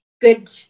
good